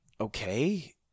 okay